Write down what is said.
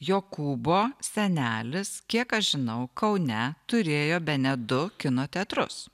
jokūbo senelis kiek aš žinau kaune turėjo bene du kino teatrus